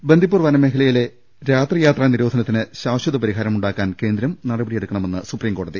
ബന്ദിപ്പൂർ വനമേഖലയിലെ രാത്രിയാത്രാ നിരോധനത്തിന് ശാശ്വത പരിഹാരം ഉണ്ടാക്കാൻ കേന്ദ്രം നടപടിയെടുക്കണമെന്ന് സുപ്രീം കോടതി